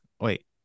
Wait